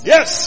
Yes